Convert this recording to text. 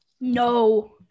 no